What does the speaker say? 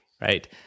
right